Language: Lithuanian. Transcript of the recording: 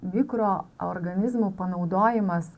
mikroorganizmų panaudojimas